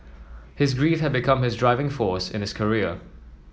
his grief had become his driving force in his career